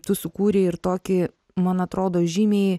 tu sukūrei ir tokį man atrodo žymiai